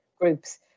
groups